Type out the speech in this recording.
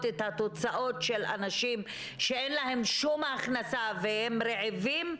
את התוצאות של אנשים שאין להם שום הכנסה והם רעבים,